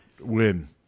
Win